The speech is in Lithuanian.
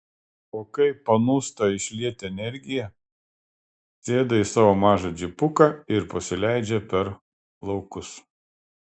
o kai panūsta išlieti energiją sėda į savo mažą džipuką ir pasileidžia per laukus